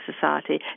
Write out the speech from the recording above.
society